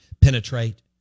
penetrate